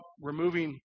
removing